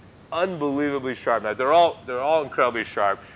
unbelievably sharp knives. they're all they're all incredibly sharp.